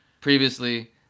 previously